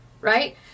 right